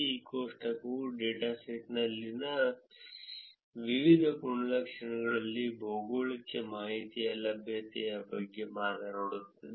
ಈ ಕೋಷ್ಟಕವು ಡೇಟಾಸೆಟ್ಗಳಲ್ಲಿನ ವಿವಿಧ ಗುಣಲಕ್ಷಣಗಳಲ್ಲಿ ಭೌಗೋಳಿಕ ಮಾಹಿತಿಯ ಲಭ್ಯತೆಯ ಬಗ್ಗೆ ಮಾತನಾಡುತ್ತದೆ